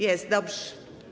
Jest, dobrze.